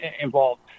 involved